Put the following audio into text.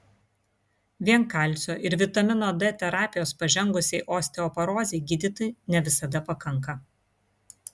vien kalcio ir vitamino d terapijos pažengusiai osteoporozei gydyti ne visada pakanka